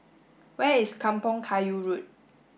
where is Kampong Kayu Road